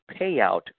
payout